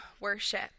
worship